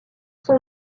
son